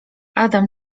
adam